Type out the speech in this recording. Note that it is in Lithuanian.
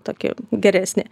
tokį geresnį